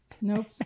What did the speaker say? Nope